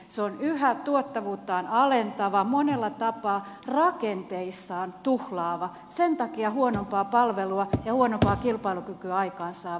se on yhä tuottavuuttaan alentava monella tapaa rakenteissaan tuhlaava sen takia huonompaa palvelua ja huonompaa kilpailukykyä aikaansaava